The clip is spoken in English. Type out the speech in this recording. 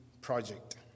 project